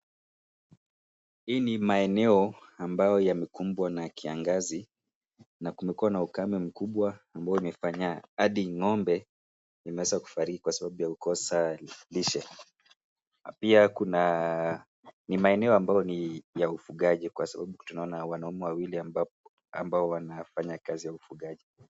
Hii ni maeneo ambayo yamekumbwa na kiangazi na kumekuwa na ukame mkubwa ambao umefanya hadi ng'ombe imeweza kufariki kwa sababu ya kukosa lishe, pia kuna, ni maeneo ambayo ni ya ufugaji kwa sababu tunaona wanaume wawili ambao wanafanya kazi ya ufugaji.